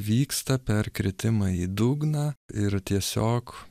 vyksta per kritimą į dugną ir tiesiog